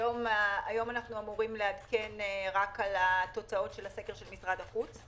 היום אנחנו אמורים לעדכן רק על התוצאות של הסקר של משרד החוץ.